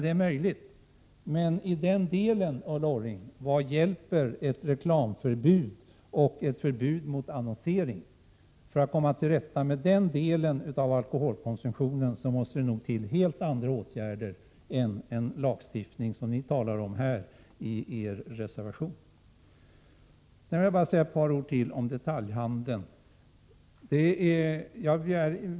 Det är möjligt att det är så, men vad hjälper i det avseendet, Ulla Orring, ett reklamförbud och ett förbud mot annonsering? För att man skall komma till rätta med den delen av alkoholförsäljningen måste det till helt andra åtgärder än den lagstiftning som ni talar om i er reservation. Jag vill också säga några ord till om detaljhandeln.